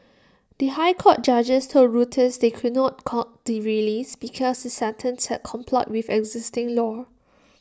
the High Court judges told Reuters they could not cot the release because his sentence had complied with existing law